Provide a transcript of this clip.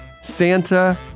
Santa